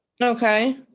Okay